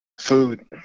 food